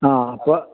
ആ അപ്പോൾ